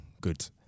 good